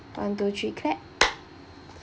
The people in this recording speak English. one two three clap